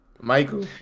Michael